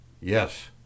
Yes